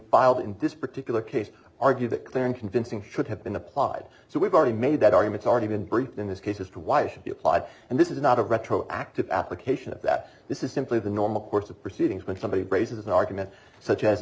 filed in this particular case argued that clear and convincing should have been applied so we've already made that argument already been briefed in this case as to why should be applied and this is not a retroactive application of that this is simply the normal course of proceedings when somebody braces an argument such as